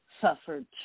suffered